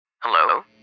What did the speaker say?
Hello